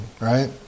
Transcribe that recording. right